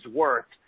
worth